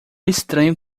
estranho